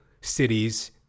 cities